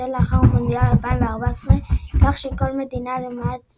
תתבטל לאחר מונדיאל 2014, כך שכל מדינה, למעט